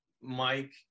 Mike